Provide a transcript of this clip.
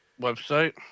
website